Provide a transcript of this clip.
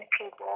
people